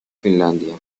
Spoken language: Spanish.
finlandia